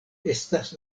estas